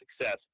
success